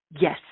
yes